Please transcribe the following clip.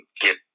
Get